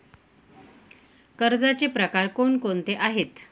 कर्जाचे प्रकार कोणकोणते आहेत?